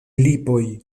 lipoj